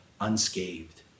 unscathed